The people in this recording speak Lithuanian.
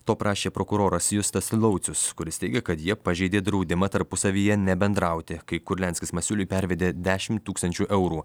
to prašė prokuroras justas laucius kuris teigia kad jie pažeidė draudimą tarpusavyje nebendrauti kai kurlianskis masiuliui pervedė dešimt tūkstančių eurų